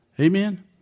Amen